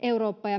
eurooppa ja